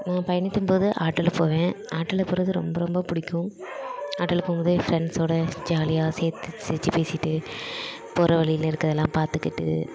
நான் பயணிக்கும் போது ஆட்டோவில் போவேன் ஆட்டோவில் போகிறது ரொம்ப ரொம்ப பிடிக்கும் ஆட்டோவில் போகும்போது ஃபிரண்ட்ஸோடு ஜாலியாக சேர்ந்து சிரிச்சு பேசிகிட்டு போகிற வழியில் இருக்குறதெலாம் பார்த்துக்கிட்டு